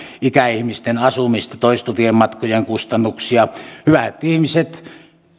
ikäihmisten asumista toistuvien matkojen kustannuksia hyvät ihmiset